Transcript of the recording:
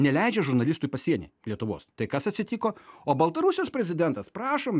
neleidžia žurnalistų į pasienį lietuvos tai kas atsitiko o baltarusijos prezidentas prašom